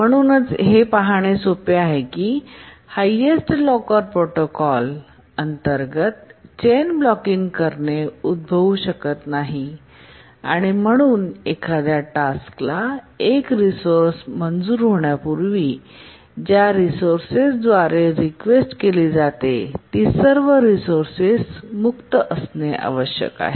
म्हणूनच हे पाहणे सोपे आहे की हायेस्ट लॉकर प्रोटोकॉल अंतर्गत चैन ब्लॉकिंगकरणे उद्भवू शकत नाही आणि म्हणून एखाद्या टास्क स एक रिसोर्से मंजूर होण्यापूर्वी ज्या रिसोर्सेस द्वारे रीक्वेस्ट केली जाते ती सर्व रिसोर्सेस मुक्त असणे आवश्यक आहे